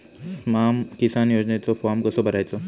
स्माम किसान योजनेचो फॉर्म कसो भरायचो?